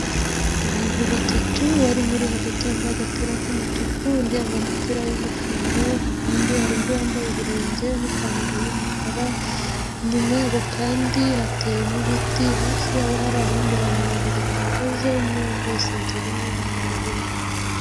Abantu batatu barimo uri hagati wambaye agapira k'umutuku undi yambaye umupira w'ingofero, impande ye hari undi yambaye ibirenge n'ipantaro y'umukara, inyuma yabo kandi hateyemo ibiti, hafi yaho hari abandi bantu babiri bahagaze umwe wambaye isengeri y'umweru.